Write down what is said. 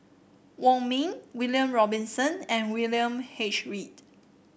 Wong Ming William Robinson and William H Read